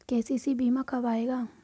KCC बीमा कब आएगा?